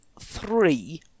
three